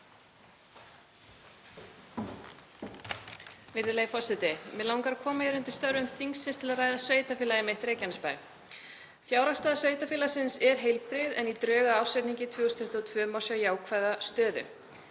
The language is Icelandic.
Mig langar að koma hér upp undir störfum þingsins til að ræða sveitarfélagið mitt, Reykjanesbæ. Fjárhagsstaða sveitarfélagsins er heilbrigð en í drögum að ársreikningi 2022 má sjá jákvæða stöðu.